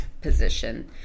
position